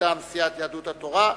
מטעם סיעת יהדות התורה,